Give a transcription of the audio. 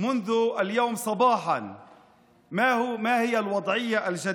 מהיום בבוקר מהו המעמד החדש,